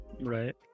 right